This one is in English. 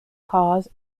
cause